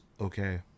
okay